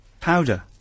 powder